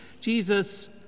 Jesus